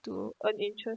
to earn interest